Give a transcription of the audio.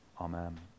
Amen